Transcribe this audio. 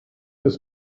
ist